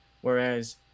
whereas